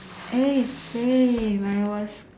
eh same I was